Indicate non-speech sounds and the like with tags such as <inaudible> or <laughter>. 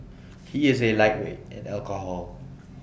he is A lightweight in alcohol <noise>